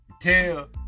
Tell